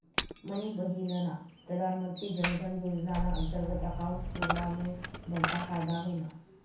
मनी बहिनना प्रधानमंत्री जनधन योजनाना अंतर्गत अकाउंट उघडामुये भलता फायदा व्हयना